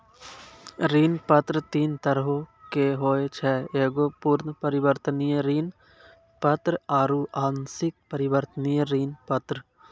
ऋण पत्र तीन तरहो के होय छै एगो पूर्ण परिवर्तनीय ऋण पत्र आरु आंशिक परिवर्तनीय ऋण पत्र